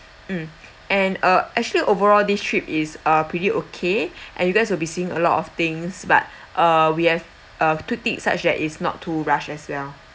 mm and uh actually overall this trip is uh pretty okay and you guys will be seeing a lot of things but uh we have uh two things such that is not to rushed as well